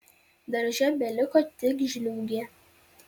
darže beliko tik žliūgė